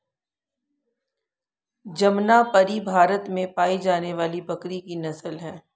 जमनापरी भारत में पाई जाने वाली बकरी की नस्ल है